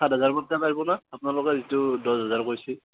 সাত হেজাৰ টকাত পাৰিব নে আপোনালোকে যিটো দহ হেজাৰ কৈছে